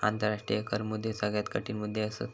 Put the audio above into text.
आंतराष्ट्रीय कर मुद्दे सगळ्यात कठीण मुद्दे असत